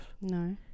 No